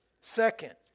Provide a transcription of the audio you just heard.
Second